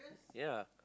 ya